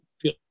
feel